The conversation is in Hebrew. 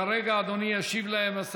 כרגע אדוני ישיב להם,